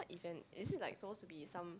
what event is it like supposed to be some